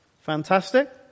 Fantastic